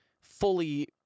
fully